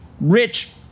rich